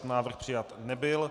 Návrh přijat nebyl.